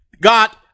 got